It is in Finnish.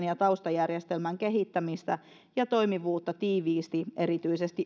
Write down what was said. ja taustajärjestelmän kehittämistä ja toimivuutta tiiviisti erityisesti